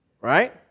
right